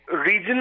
regional